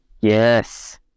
Yes